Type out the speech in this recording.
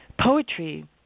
poetry